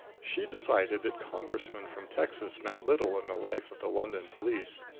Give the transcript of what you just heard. she decided that congressmen from texas meant little in the life of the london police.